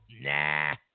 Nah